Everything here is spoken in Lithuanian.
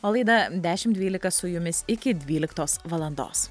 o laida dešimt dvylika su jumis iki dvyliktos valandos